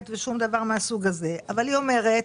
ושום דבר מן הסוג הזה אבל היא אומרת